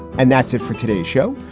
and that's it for today's show.